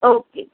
okay